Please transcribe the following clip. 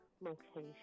location